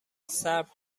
صبر